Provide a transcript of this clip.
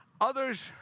Others